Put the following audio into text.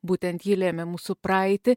būtent ji lėmė mūsų praeitį